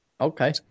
Okay